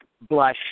blush